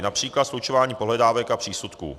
Například slučování pohledávek a přísudků.